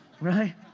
Right